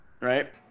right